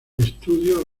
estudio